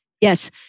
Yes